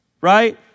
right